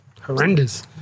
Horrendous